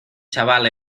chaval